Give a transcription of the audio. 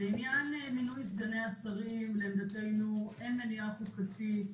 לעניין מינוי סגני השרים לעמדתנו אין מניעה חוקתית